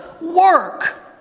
work